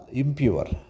impure